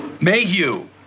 Mayhew